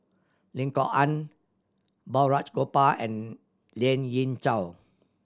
Lim Kok Ann Balraj Gopal and Lien Ying Chow